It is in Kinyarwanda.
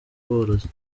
aborozi